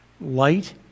Light